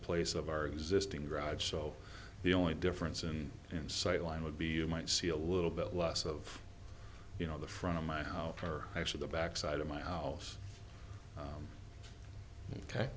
place of our existing drive so the only difference in sight line would be you might see a little bit less of you know the front of my house or actually the back side of my house ok